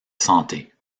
santé